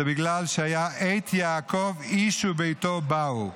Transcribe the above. זה בגלל שהיה "את יעקב איש וביתו באו".